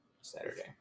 saturday